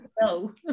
no